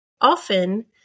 often